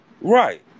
Right